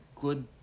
good